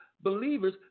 believers